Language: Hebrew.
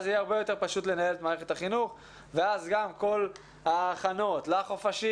יהיה הרבה יותר פשוט לנהל את מערכת החינוך ואז כל ההכנות לחופשים,